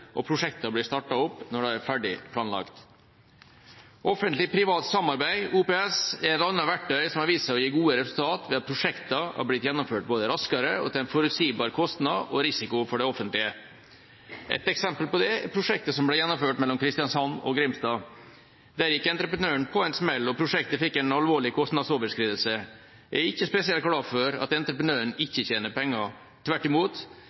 og at prosjektene blir startet opp når de er ferdig planlagt. Offentlig–privat samarbeid, OPS, er et annet verktøy som har vist seg å gi gode resultater ved at prosjekter har blitt gjennomført både raskere og til en forutsigbar kostnad og risiko for det offentlige. Et eksempel på det er prosjektet som ble gjennomført mellom Kristiansand og Grimstad. Der gikk entreprenøren på en smell, og prosjektet fikk en alvorlig kostnadsoverskridelse. Jeg er ikke spesielt glad for at entreprenøren ikke tjener penger – tvert imot.